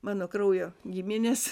mano kraujo giminės